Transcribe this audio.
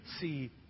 see